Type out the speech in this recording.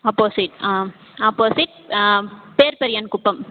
opposite opposite பேர்பெரியான் குப்பம்